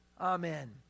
Amen